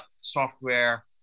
software